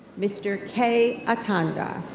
mr. k. atanda.